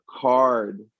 card